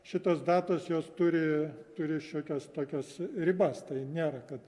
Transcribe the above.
šitos datos jos turi turi šiokias tokias ribas tai nėra kad